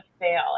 fail